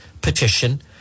petition